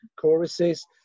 choruses